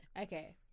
Okay